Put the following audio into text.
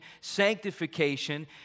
sanctification